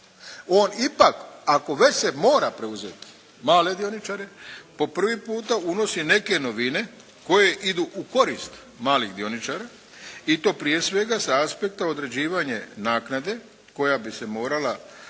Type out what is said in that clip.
On ipak ako već se mora preuzeti male dioničare po prvi puta unosi neke novine koje idu u korist malih dioničara, i to prije svega sa aspekta određivanje naknade koja bi se morala sada biti